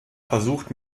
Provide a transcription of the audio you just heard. versucht